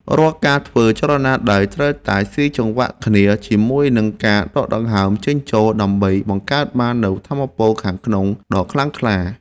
រាល់ការធ្វើចលនាដៃ ត្រូវតែស៊ីចង្វាក់គ្នាជាមួយនឹងការដកដង្ហើមចេញចូល ដើម្បីបង្កើតបាននូវថាមពលខាងក្នុងដ៏ខ្លាំងក្លា។